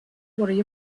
worry